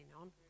on